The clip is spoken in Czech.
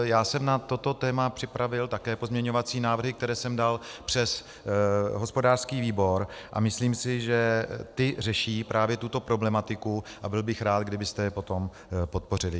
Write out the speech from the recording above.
Já jsem na toto téma připravil také pozměňovací návrhy, které jsem dal přes hospodářský výbor, a myslím si, že ty řeší právě tuto problematiku, a byl bych rád, kdybyste je potom podpořili.